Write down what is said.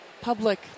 public